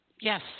Yes